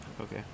Okay